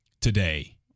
today